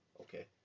okay